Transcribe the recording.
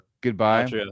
goodbye